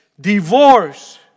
Divorce